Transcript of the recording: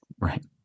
Right